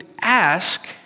ask